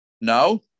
No